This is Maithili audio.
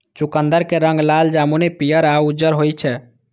चुकंदर के रंग लाल, जामुनी, पीयर या उज्जर होइ छै